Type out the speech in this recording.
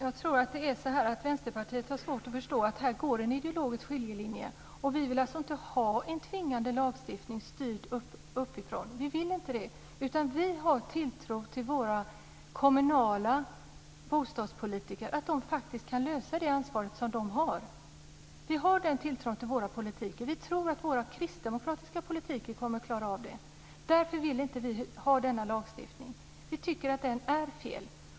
Fru talman! Jag tror att Vänsterpartiet har svårt att förstå att det går en ideologisk skiljelinje här. Vi vill alltså inte ha en tvingande lagstiftning styrd uppifrån. Vi vill inte det. Vi har tilltro till våra kommunala bostadspolitiker att de faktiskt kan ta ansvar. Vi har den tilltron till våra politiker. Vi tror att våra kristdemokratiska politiker kommer att klara av det. Därför vill vi inte ha den här lagstiftningen. Vi tycker att den är fel.